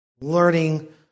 learning